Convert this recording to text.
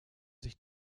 sich